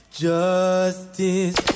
justice